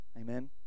Amen